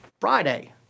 Friday